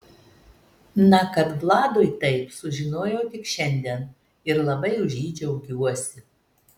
na kad vladui taip sužinojau tik šiandien ir labai už jį džiaugiuosi